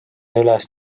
üles